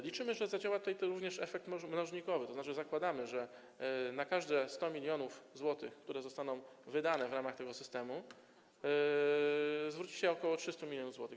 Liczymy, że zadziała tutaj również efekt mnożnikowy, tzn. zakładamy, że na każde 100 mln zł, które zostaną wydane w ramach tego systemu, zwróci się ok. 300 mln zł.